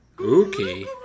Okay